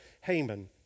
Haman